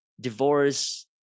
divorce